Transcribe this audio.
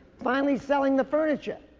finally selling the furniture.